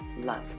love